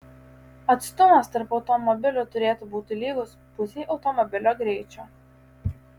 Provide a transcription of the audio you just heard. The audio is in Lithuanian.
atstumas tarp automobilių turėtų būti lygus pusei automobilio greičio